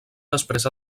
després